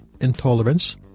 intolerance